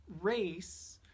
Race